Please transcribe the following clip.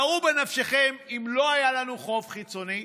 שערו בנפשכם: אם לא היה לנו חוב חיצוני,